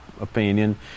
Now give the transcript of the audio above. opinion